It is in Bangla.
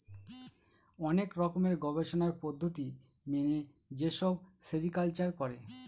অনেক রকমের গবেষণার পদ্ধতি মেনে যেসব সেরিকালচার করে